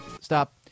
Stop